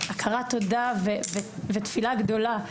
בהכרת תודה ובתפילה גדולה,